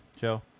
Joe